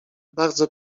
bardzo